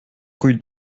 rue